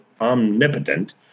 omnipotent